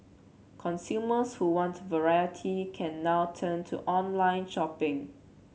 consumers who want variety can now turn to online shopping